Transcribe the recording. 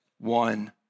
one